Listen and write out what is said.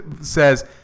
says